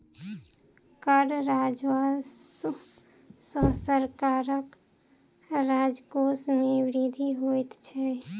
कर राजस्व सॅ सरकारक राजकोश मे वृद्धि होइत छै